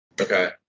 Okay